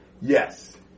Yes